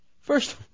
First